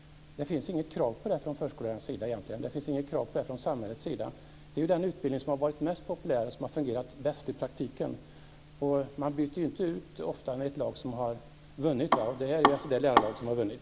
Det finns inget krav på det från förskollärarnas sida. Det finns inget krav på det från samhällets sida. Det är den utbildning som har varit mest populär och som har fungerat bäst i praktiken. Man byter inte ut ett lag som har vunnit. Det här är det lärarlag som har vunnit.